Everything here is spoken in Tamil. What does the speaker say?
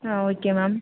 ah okay ma'am